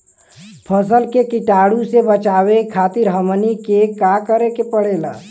फसल के कीटाणु से बचावे खातिर हमनी के का करे के पड़ेला?